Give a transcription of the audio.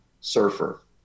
surfer